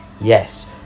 Yes